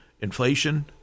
inflation